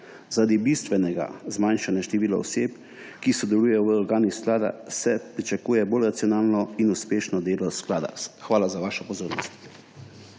Zaradi bistvenega zmanjšanja števila oseb, ki sodelujejo v organih sklada, se pričakuje bolj racionalno in uspešno delo sklada. Hvala za vašo pozornost.